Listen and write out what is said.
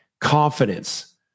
confidence